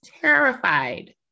terrified